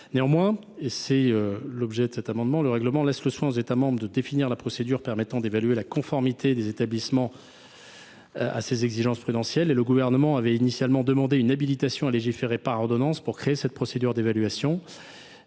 Néanmoins – c’est l’objet de cet amendement –, ce règlement laisse aux États membres le soin de définir la procédure permettant d’évaluer la conformité des établissements à ces exigences prudentielles. Le Gouvernement avait initialement demandé une habilitation à légiférer par ordonnance pour créer cette procédure d’évaluation.